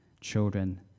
children